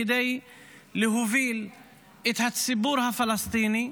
כדי להוביל את הציבור הפלסטיני,